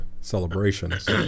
celebrations